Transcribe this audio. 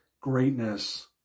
greatness